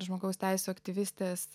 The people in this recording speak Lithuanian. žmogaus teisių aktyvistės